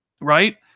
Right